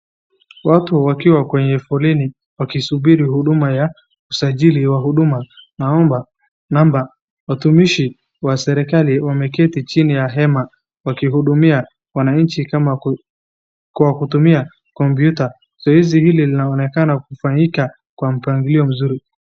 Watu wakiwa kwenye foleni wakisubiri huduma ya usajili wa huduma wanaomba namba. Watumishi wa serikali wameketi chini ya hema wakihudumia wananchi kwa kutumia computer .Zoezi hilo linaonekana kufanyika kwa mpangilio mzuri.